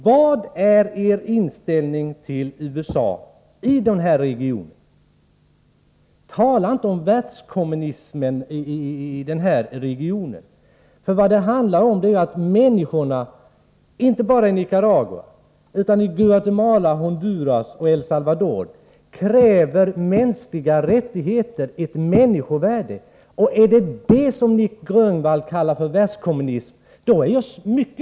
Vad är er inställning till USA i dessa regioner? Tala inte om världskommunismen i denna region, för vad det handlar om är att människor inte bara i Nicaragua utan också i Guatemala, Honduras och El Salvador kräver mänskliga rättigheter, ett människovärde.